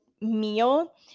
meal